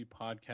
podcast